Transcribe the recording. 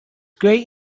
great